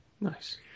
nice